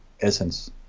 essence